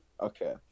Okay